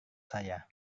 saya